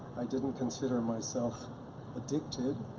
i didn't consider myself addicted.